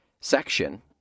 section